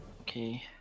Okay